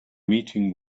meeting